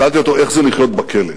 שאלתי אותו איך זה לחיות בכלא.